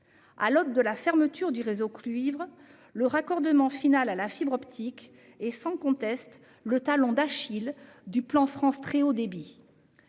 À l'aube de la fermeture du réseau cuivre, le raccordement final à la fibre optique est sans conteste le talon d'Achille du plan France Très Haut Débit.